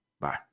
bye